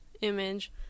image